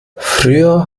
früher